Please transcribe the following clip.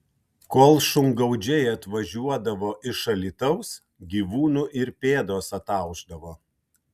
kol šungaudžiai atvažiuodavo iš alytaus gyvūnų ir pėdos ataušdavo